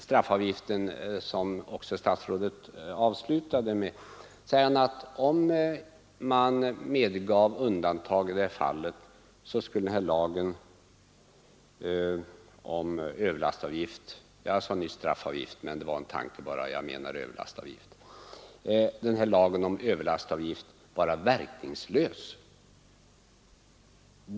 Statsrådet säger att om man medgav undantag i det här fallet så skulle lagen om överlastavgift vara verkningslös.